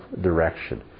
direction